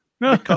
No